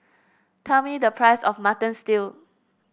tell me the price of Mutton Stew